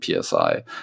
PSI